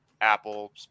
apple